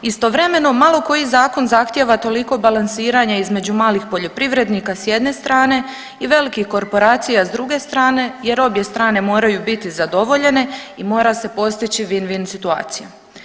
Istovremeno malo koji zakon zahtjeva toliko balansiranje između malih poljoprivrednika s jedne strane i velikih korporacija s druge strane, jer obje strane moraju biti zadovoljene i mora se postići Win-Win situacija.